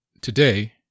Today